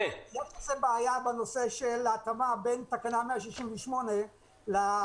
יש איזה בעיה בנושא של התאמה בין תקנה 168 לתקנה.